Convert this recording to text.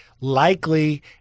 likely